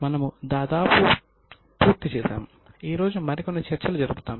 మనము దాదాపు పూర్తి చేసాము ఈ రోజు మరికొన్ని చర్చలు జరుపుతాము